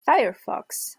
firefox